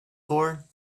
for